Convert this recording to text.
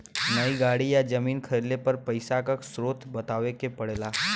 नई गाड़ी या जमीन खरीदले पर पइसा क स्रोत बतावे क पड़ेला